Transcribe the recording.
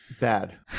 Bad